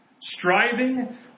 striving